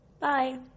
Bye